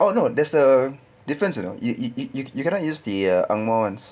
oh no there's a difference you know you you you you cannot use the ah ang moh ones